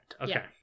Okay